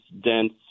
dense